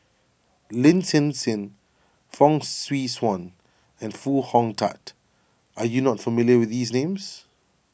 Lin Hsin Hsin Fong Swee Suan and Foo Hong Tatt are you not familiar with these names